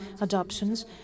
adoptions